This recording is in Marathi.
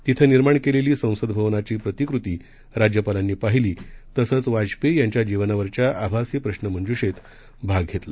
तिथंनिर्माणकेलेलीसंसदभवनाचीप्रतिकृतीराज्यपालांनीपहिलीतसंचवाजपेयीयांच्याजीवनावर च्याआभासीप्रश्नमंज्षेतभागघेतला